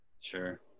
Sure